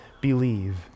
believe